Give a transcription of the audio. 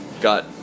got